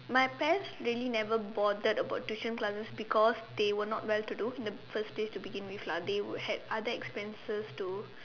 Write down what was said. my parents really never bothered about tuition classes because they were not well to do in the first place to begin with lah they would have other expenses to